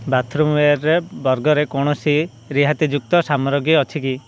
bathroom ୱେର୍ରେ ବର୍ଗରେ କୌଣସି ରିହାତିଯୁକ୍ତ ସାମଗ୍ରୀ ଅଛି କି